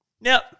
Now